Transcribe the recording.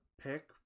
pick